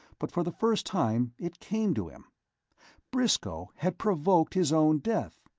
but for the first time it came to him briscoe had provoked his own death.